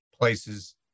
places